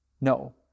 No